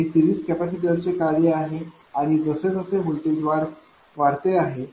हे सिरिज कॅपेसिटरचे कार्य आहे आणि जसे जसे व्होल्टेज वाढते आहे